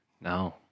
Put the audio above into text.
No